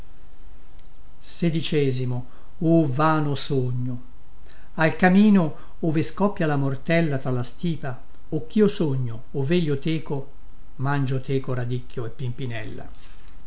le lenzuola al camino ove scoppia la mortella tra la stipa o chio sogno o veglio teco mangio teco radicchio e pimpinella